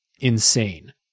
insane